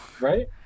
right